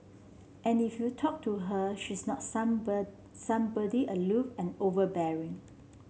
and if you talk to her she's not somebody aloof and overbearing